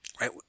right